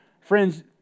Friends